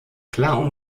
klar